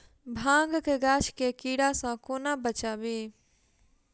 भांग केँ गाछ केँ कीड़ा सऽ कोना बचाबी?